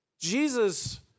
Jesus